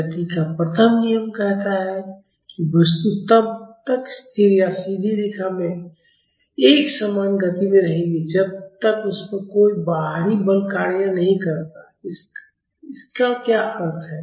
गति का प्रथम नियम कहता है कि वस्तु तब तक स्थिर या सीधी रेखा में एकसमान गति में रहेगी जब तक उस पर कोई बाहरी बल कार्य नहीं करता इसका क्या अर्थ है